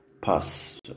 pass